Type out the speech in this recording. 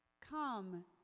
Come